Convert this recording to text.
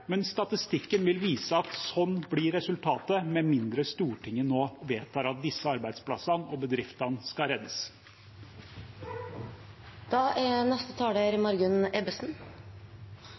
men statistikken vil vise at sånn blir resultatet – med mindre Stortinget nå vedtar at disse arbeidsplassene og bedriftene skal reddes. Nei, jeg er